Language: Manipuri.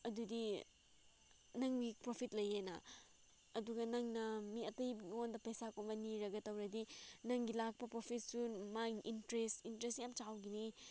ꯑꯗꯨꯗꯤ ꯅꯪꯒꯤ ꯄ꯭ꯔꯣꯐꯤꯠ ꯂꯩꯌꯦꯅ ꯑꯗꯨꯒ ꯅꯪꯅ ꯃꯤ ꯑꯇꯩ ꯉꯣꯟꯗ ꯄꯩꯁꯥꯒꯨꯝꯕ ꯅꯤꯔꯒ ꯇꯧꯔꯗꯤ ꯅꯪꯒꯤ ꯂꯥꯛꯄ ꯄ꯭ꯔꯣꯐꯤꯠꯁꯨ ꯃꯥꯒꯤ ꯏꯟꯇꯔꯦꯁ ꯏꯟꯇꯔꯦꯁ ꯌꯥꯝ ꯆꯥꯎꯒꯅꯤ